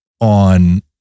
on